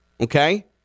okay